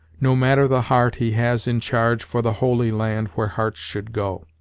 no matter the heart he has in charge for the holy land where hearts should go.